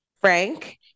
Frank